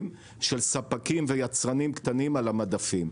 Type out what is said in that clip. של ספקים ויצרנים קטנים על המדפים,